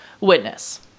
witness